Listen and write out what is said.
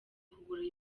kugura